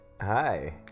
Hi